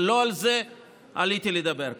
אבל לא על זה עליתי לדבר כאן.